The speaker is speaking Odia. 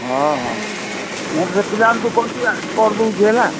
ହଁ ହଁ ମୁଁ ସେ ପିଲାମାନଙ୍କୁ କହିକି ଆଜି କରିଦେଉଛି ହେଲା